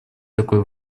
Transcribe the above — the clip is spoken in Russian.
такой